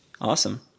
awesome